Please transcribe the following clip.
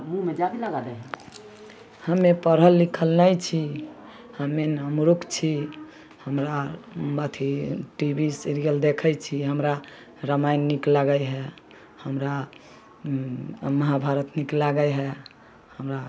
हमे पढ़ल लिखल नहि छी हमे ने मुरुख छी हमरा अथी टी वी सीरिअल देखै छी हमरा रामायण नीक लागै हइ हमरा महाभारत नीक लागै हइ हमरा